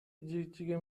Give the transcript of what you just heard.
جیکجیک